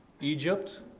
Egypt